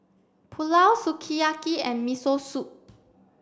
Pulao Sukiyaki and Miso Soup